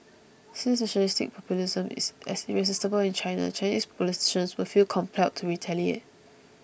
since nationalistic populism is as irresistible in China Chinese politicians will feel compelled to retaliate